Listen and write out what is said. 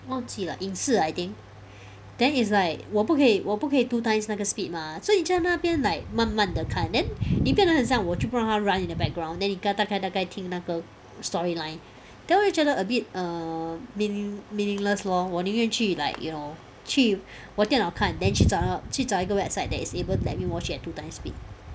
忘记了影视 I think then it's like 我不可以我不可以 two times 那个 speed mah 所以在那边 like 慢慢的看 then 你变得很像我就不让它 run in the background then 你大概大概听那个 storyline then 我就觉得 a bit err mean~ meaningless lor 我宁愿去 like you know 去我电脑看 then 去找去找一个 website that is able to let me watch at two times speed